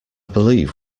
believe